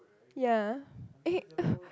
ya eh